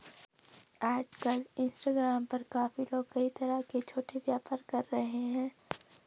आजकल इंस्टाग्राम पर काफी लोग कई तरह के छोटे व्यापार कर रहे हैं